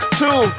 two